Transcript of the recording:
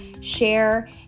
share